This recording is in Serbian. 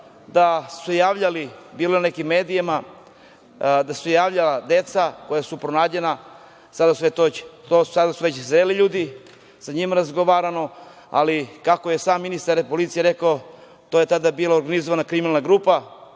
da su se javljali, bilo je u nekim medijima, da su se javljala deca koja su pronađena, sada su to već zreli ljudi, sa njima razgovarano, ali kako je sam ministar policije rekao, to je tada bila organizovana kriminalna grupa